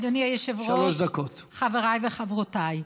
אדוני היושב-ראש, חבריי וחברותיי,